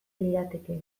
lirateke